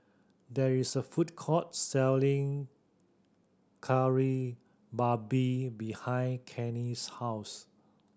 there is a food court selling Kari Babi behind Kenny's house